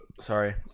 Sorry